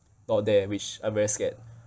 not there which I'm very scared